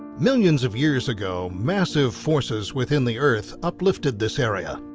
millions of years ago, massive forces within the earth uplifted this area.